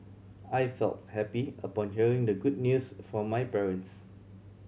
I felt happy upon hearing the good news from my parents